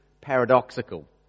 paradoxical